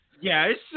yes